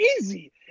easy